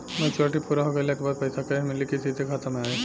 Maturity पूरा हो गइला के बाद पईसा कैश मिली की सीधे खाता में आई?